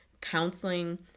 counseling